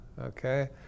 okay